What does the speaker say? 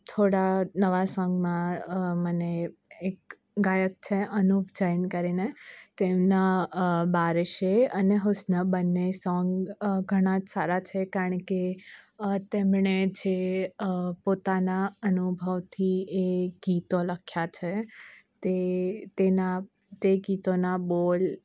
થોડા નવા સોંગમાં મને એક ગાયક છે અનુવ જૈન કરીને તેમના બારિશે અને હુસ્ન બંને સોંગ ઘણા જ સારા છે કારણ કે તેમણે જે પોતાના અનુભવથી એ ગીતો લખ્યા છે તે તેના તે ગીતોના બોલ